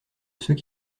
ceux